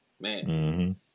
man